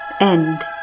End